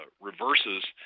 reverses